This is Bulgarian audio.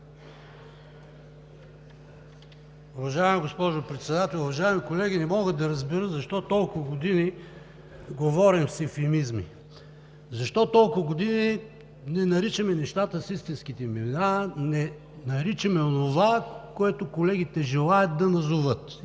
Уважаема госпожо Председател, уважаеми колеги! Не мога да разбера защо толкова години говорим с евфемизми, защо толкова години не наричаме нещата с истинските им имена, не наричаме онова, което колегите желаят да назоват.